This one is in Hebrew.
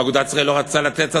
אגודת ישראל לא רצתה לתת הסכמה.